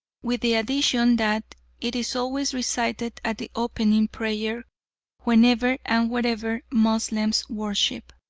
with the addition that it is always recited as the opening prayer whenever and wherever moslems worship.